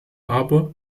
aber